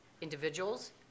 individuals